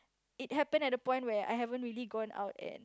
it happen at a point where I haven't really gone out and